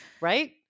Right